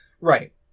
Right